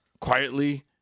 quietly